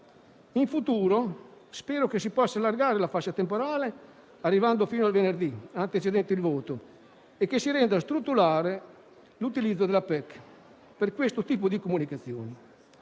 In futuro, spero si possa allargare la fascia temporale arrivando fino al venerdì antecedente il voto e che si renda strutturale l'utilizzo della PEC per questo tipo di comunicazioni.